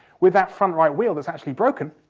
with that front right wheel that's actually broken,